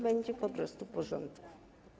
Będzie po prostu porządek.